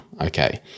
okay